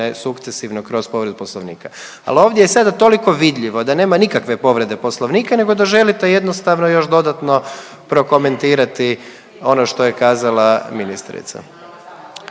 sukcesivno kroz povredu poslovnika. Ali ovdje je sada toliko vidljivo da nema nikakve povrede poslovnika nego da želite jednostavno još dodatno prokomentirati ono što je kazala ministrica.